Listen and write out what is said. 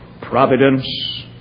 providence